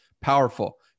powerful